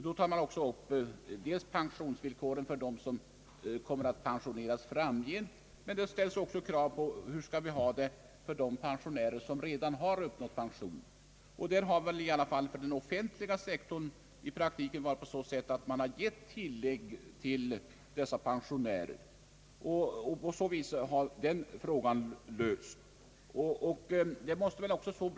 Då tar man upp pensionsvillkoren för dem, som kommer att pensioneras framgent, men det förhandlas också om dem som redan har uppnått pensionsåldern. Inom den offentliga sektorn har man gett tillägg till dessa pensionärer och på så vis löst frågan.